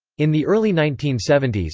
in the early nineteen seventy s,